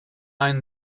einen